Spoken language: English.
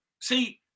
see